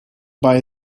buy